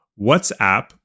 WhatsApp